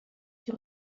die